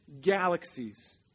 galaxies